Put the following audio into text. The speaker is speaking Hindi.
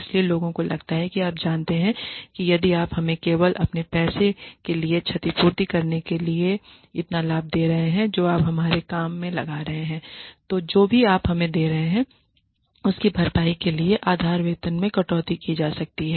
इसलिए लोगों को लगता है कि आप जानते हैं कि यदि आप हमें केवल अपने पैसे के लिए क्षतिपूर्ति करने के लिए इतना लाभ दे रहे हैं जो आप हमारे काम में लगा रहे हैं तो जो भी आप हमें दे रहे हैं उसकी भरपाई के लिए आधार वेतन में कटौती की जा सकती है